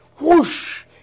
whoosh